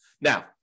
Now